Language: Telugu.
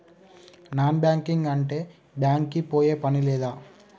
నాన్ బ్యాంకింగ్ అంటే బ్యాంక్ కి పోయే పని లేదా?